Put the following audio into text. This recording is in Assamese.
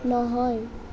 নহয়